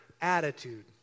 attitude